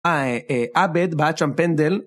אה, אה, עבד בעט שם פנדל